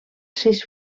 sis